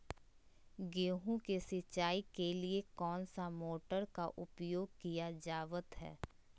गेहूं के सिंचाई के लिए कौन सा मोटर का प्रयोग किया जावत है?